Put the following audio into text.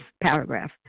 paragraph